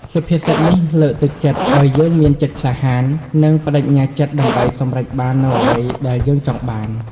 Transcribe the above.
សុភាសិតនេះលើកទឹកចិត្តឲ្យយើងមានចិត្តក្លាហាន និងប្ដេជ្ញាចិត្តដើម្បីសម្រេចបាននូវអ្វីដែលយើងចង់បាន។